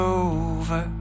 over